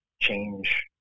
change